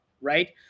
Right